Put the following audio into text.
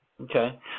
Okay